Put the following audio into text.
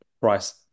price